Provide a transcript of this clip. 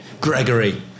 Gregory